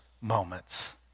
moments